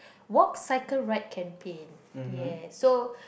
walk cycle ride campaign ya so